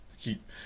keep